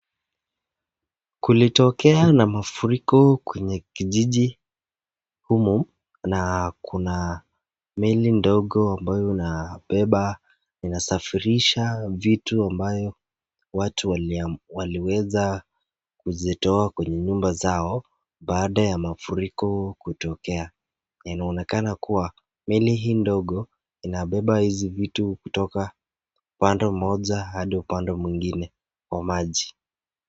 Kulitokea na mafuriko kwenye kijiji humu na kuna meli ndogo ambayo unabeba inasafirisha vitu ambayo watu waliweza kuzitoa kwenye nyumba zao baada ya mafuriko kutokea, yanaonekana kua meli hii ndogo inabeba hizi vitu kutoka upande moja hadi upande mwingine wa maji.